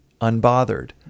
unbothered